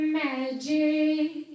magic